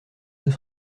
deux